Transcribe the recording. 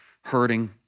hurting